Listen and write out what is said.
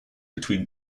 between